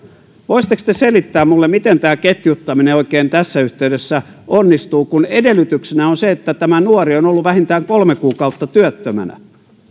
voisitteko te selittää minulle miten tämä ketjuttaminen oikein tässä yhteydessä onnistuu kun edellytyksenä on se että tämä nuori on ollut vähintään kolme kuukautta työttömänä